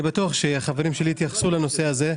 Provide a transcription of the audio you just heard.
בטוח שחברי התייחסו לנושא הזה,